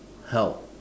help